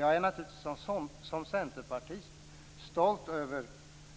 Jag är naturligtvis som centerpartist stolt över